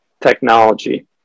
technology